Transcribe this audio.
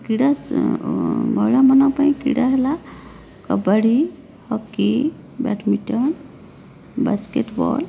କ୍ରିଡ଼ା ମହିଳାମାନଙ୍କ ପାଇଁ କ୍ରିଡ଼ା ହେଲା କବାଡ଼ି ହକି ବ୍ୟାଡ଼ମିନ୍ଟ୍ନ୍ ବାସ୍କେଟ୍ବଲ୍